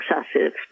excessive